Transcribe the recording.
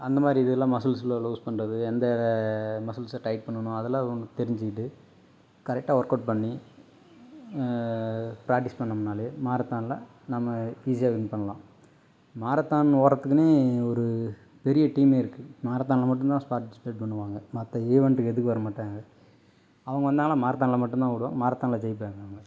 அந்த மாதிரி இதுல்லாம் மசில்ஸில் லூஸ் பண்ணுறது அந்த மசில்ஸை டைட் பண்ணுனும் அதெல்லாம் தெரிஞ்சிக்கிட்டு கரெக்டாக ஒர்க்அவுட் பண்ணி ப்ராக்டிஸ் பண்ணோம்னாலே மாரத்தானில் நம்ம ஈசியாக வின் பண்ணலாம் மாரத்தான் ஓடுறதுக்குன்னே ஒரு பெரிய டீமே இருக்கு மாரத்தானில் மட்டும் தான் பார்ட்டிசிபேட் பண்ணுவாங்க மற்ற ஈவெண்ட்டுக்கு எதுக்கும் வர மாட்டாங்க அவங்க வந்தாங்கன்னா மாரத்தானில் மட்டும் தான் ஓடுவாங்க மாரத்தானில் ஜெயிப்பாங்க அவங்க